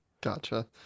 Gotcha